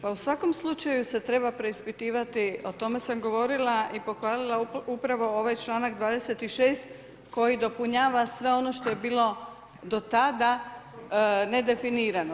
Pa u svakom slučaju se treba preispitivati, o tome sam govorila i pohvalila upravo ovaj čl.26. koji dopunjava sve ono što je bilo do tada nedefinirano.